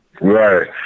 Right